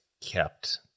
kept